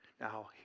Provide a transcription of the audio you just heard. Now